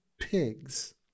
pigs